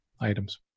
items